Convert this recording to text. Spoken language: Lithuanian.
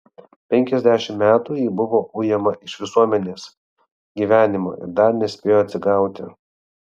penkiasdešimt metų ji buvo ujama iš visuomenės gyvenimo ir dar nespėjo atsigauti